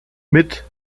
mit